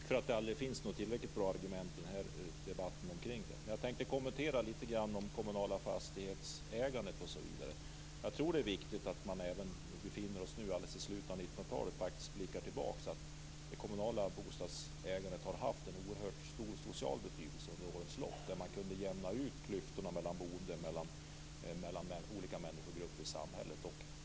Fru talman! Det finns aldrig några tillräckligt bra argument i denna debatt. Jag tänkte kommentera det kommunala fastighetsägandet, osv. Jag tror att det är viktigt att vi, när vi nu befinner oss i slutet av 1900-talet, faktiskt blickar tillbaks. Det kommunala bostadsägandet har haft en oerhört stor social betydelse under årens lopp. Man kunde jämna ut klyftorna vad gäller boende mellan olika människogrupper i samhället.